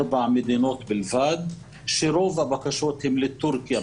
ארבע מדינות בלבד כשרוב הבקשות הן לטורקיה,